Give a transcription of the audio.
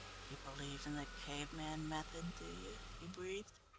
you believe in the cave-man method, do you? he breathed.